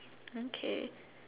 okay